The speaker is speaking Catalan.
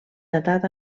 datat